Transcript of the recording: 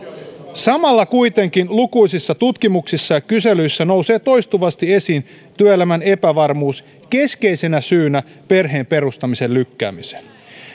samalla kuitenkin lukuisissa tutkimuksissa ja kyselyissä nousee toistuvasti esiin työelämän epävarmuus keskeisenä syynä perheen perustamisen lykkäämiseen